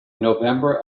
november